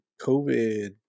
COVID